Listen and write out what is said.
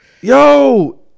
Yo